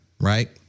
Right